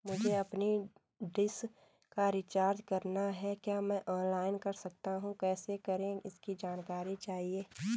मुझे अपनी डिश का रिचार्ज करना है क्या मैं ऑनलाइन कर सकता हूँ कैसे करें इसकी जानकारी चाहिए?